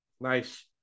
nice